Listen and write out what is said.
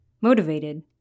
motivated